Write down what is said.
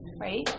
right